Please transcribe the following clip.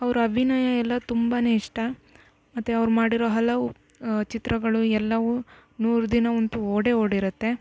ಅವ್ರ ಅಭಿನಯ ಎಲ್ಲ ತುಂಬ ಇಷ್ಟ ಮತ್ತು ಅವ್ರು ಮಾಡಿರೋ ಹಲವು ಚಿತ್ರಗಳು ಎಲ್ಲವೂ ನೂರು ದಿನವಂತೂ ಓಡೇ ಓಡಿರುತ್ತೆ